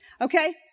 Okay